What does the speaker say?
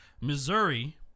missouri